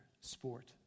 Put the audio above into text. sport